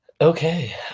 Okay